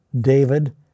David